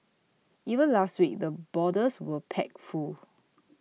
even last week the borders were packed full